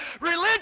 Religion